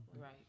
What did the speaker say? Right